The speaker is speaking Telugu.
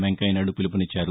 వెంకయ్యనాయుడు పిలుపునిచ్చారు